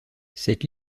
cette